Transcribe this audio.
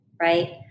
right